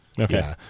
Okay